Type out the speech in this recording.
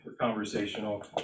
conversational